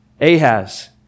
Ahaz